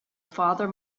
father